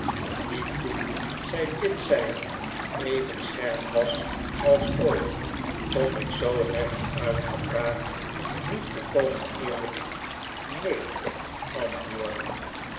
die toen zij dit zei even scherp was als ooit kon ik zoo rechtuit gevraagd niet volkomen eerlijk neen antwoorden